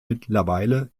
mittlerweile